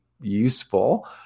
useful